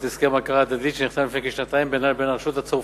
הסכם הכרה הדדית שנחתם לפני כשנתיים בינה לבין הרשות הצרפתית,